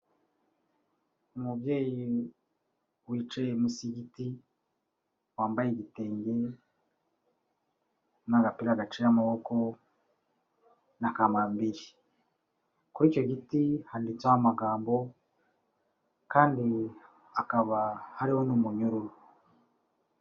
Umubyeyi wicaye munsi y'igiti, wambaye igitenge n'agapira gaciye amaboko na kamabiri. Kuri icyo giti handitseho amagambo kandi hakaba hariho n'umunyururu.